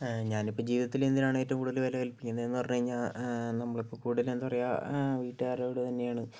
ഞാൻ ഇപ്പോൾ ജീവിതത്തിന് എന്തിനാണ് ഏറ്റവും കൂടുതൽ വിലകൽപ്പിക്കുന്നത് എന്തിനാണെന്ന് പറഞ്ഞ് കഴിഞ്ഞാൽ നമ്മള് കൂടുതലും എന്താ പറയുക വീട്ടുകാരോട് തന്നെയാണ്